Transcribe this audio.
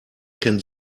kennt